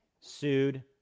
sued